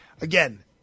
again